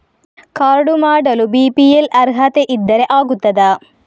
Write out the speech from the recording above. Card ಮಾಡಲು BPL ಅರ್ಹತೆ ಇದ್ದರೆ ಆಗುತ್ತದ?